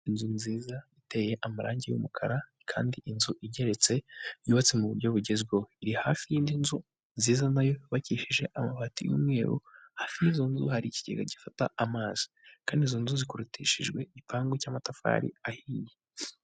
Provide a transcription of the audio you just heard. Inzu nziza iteye amarangi y'umukara kandi inzu igeretse yubatse mu buryo bugezweho, iri hafi y'indi nzu nziza nayo yubakishije amabati y'umweru, hafi y'izo nzu hari ikigega gifata amazi kandi izo nzu zikorotishijwe igipangu cy'amatafari ahiye.